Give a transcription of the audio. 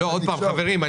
חברים,